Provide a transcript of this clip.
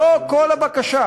זו כל הבקשה.